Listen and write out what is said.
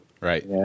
right